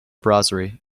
brasserie